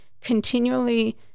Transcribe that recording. continually